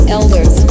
elders